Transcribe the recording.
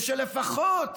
שלפחות